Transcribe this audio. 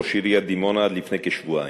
הייתי ראש עיריית דימונה עד לפני כשבועיים.